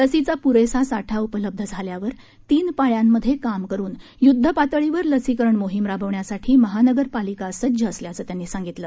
लसीचा प्रेसा साठा उपलब्ध झाल्यावर तीन पाळ्यांमध्ये काम करुन य्दध पातळीवर लसीकरण मोहीम राबवण्यसाठी महानगरपालिका सज्ज असल्याचं त्यांनी सांगितलं